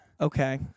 Okay